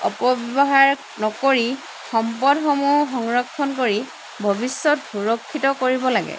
ইন্ধনৰ অপব্যৱহাৰ নকৰি সম্পদসমূহ সংৰক্ষণ কৰি ভৱিষ্যত সুৰক্ষিত কৰিব লাগে